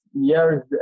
years